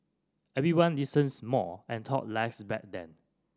everyone listens more and talked less back then